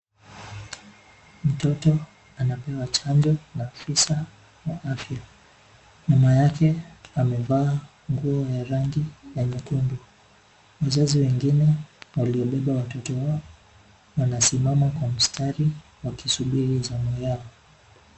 Mtoto, anapewa chanjo, na afisa, wa afya, mama yake, amevaa, nguo ya rangi, ya nyekundu. Wazazi wengine, waliobeba watoto wao, wanasimama kwa mstari, wakisubiri zamu yao.